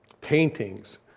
paintings